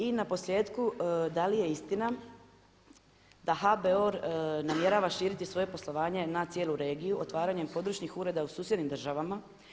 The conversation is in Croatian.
I na posljetku da li je istina da HBOR namjerava širiti svoje poslovanje na cijelu regiju, otvaranjem područnih ureda u susjednim državama?